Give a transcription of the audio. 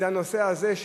זה הנושא הזה,